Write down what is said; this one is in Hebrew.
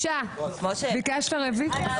שבעה נגד.